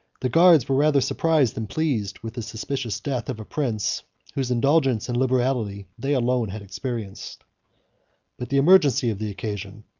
the guards were rather surprised than pleased with the suspicious death of a prince, whose indulgence and liberality they alone had experienced but the emergency of the occasion,